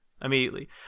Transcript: immediately